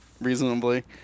reasonably